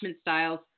styles